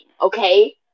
okay